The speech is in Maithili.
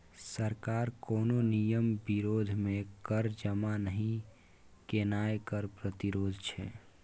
सरकार कोनो नियमक विरोध मे कर जमा नहि केनाय कर प्रतिरोध छै